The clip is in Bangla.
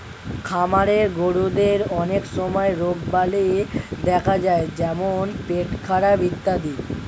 খামারের গরুদের অনেক সময় রোগবালাই দেখা যায় যেমন পেটখারাপ ইত্যাদি